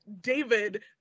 David